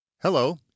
Hello